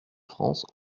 france